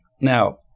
now